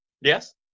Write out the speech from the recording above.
Yes